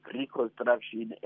reconstruction